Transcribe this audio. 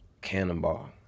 cannonball